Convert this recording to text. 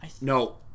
no